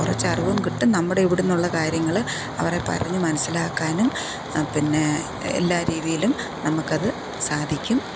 കുറച്ച് അറിവും കിട്ടും നമ്മുടെ ഇവിടെ നിന്നുള്ള കാര്യങ്ങള് അവരെ പറഞ്ഞു മനസ്സിലാക്കാനും പിന്നെ എല്ലാ രീതിയിലും നമുക്കത് സാധിക്കും